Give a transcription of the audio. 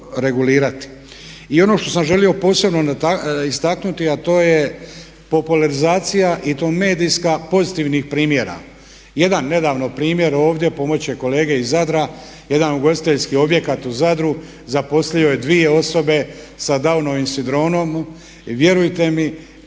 I ono što sam želio posebno istaknuti a to je popularizacija i to medijska pozitivnih primjera. Jedan nedavno primjer ovdje pomoći će kolege iz Zadra, jedan ugostiteljski objekt u Zadru zaposlio je dvije osobe sa Downovim sindromom. Vjerujte mi